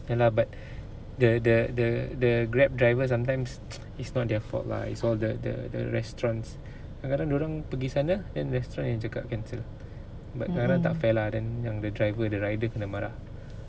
ya lah but the the the the grab driver sometimes it's not their fault lah it's all the the the the restaurants kadang-kadang dia orang pergi sana then restaurant yang cakap cancel but dia orang tak fair lah then the driver the rider kena marah